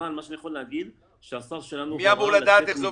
אבל מה שאני יכול להגיד שהשר שלנו הורה לתת מקדמות